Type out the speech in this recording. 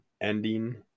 ending